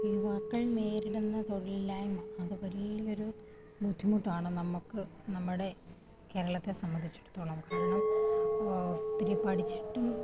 യുവാക്കൾ നേരിടുന്ന തൊഴിലില്ലായ്മ അത് വലിയൊരു ബുദ്ധിമുട്ടാണ് നമുക്ക് നമ്മുടെ കേരളത്തെ സംബന്ധിച്ചിടത്തോളം കാരണം ഒത്തിരി പഠിച്ചിട്ടും